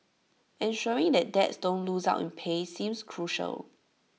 ensuring that dads don't lose out in pay seems crucial